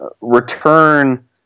return